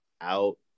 out